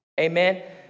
Amen